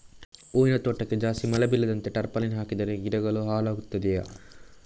ಹೂವಿನ ತೋಟಕ್ಕೆ ಜಾಸ್ತಿ ಮಳೆ ಬೀಳದಂತೆ ಟಾರ್ಪಾಲಿನ್ ಹಾಕಿದರೆ ಗಿಡಗಳು ಹಾಳಾಗುತ್ತದೆಯಾ?